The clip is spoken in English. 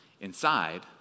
inside